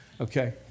okay